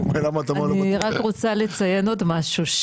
אני רק רוצה לציין עוד משהו,